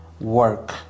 work